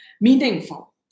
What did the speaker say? meaningful